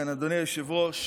אדוני היושב-ראש,